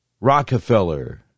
Rockefeller